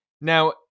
Now